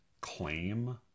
claim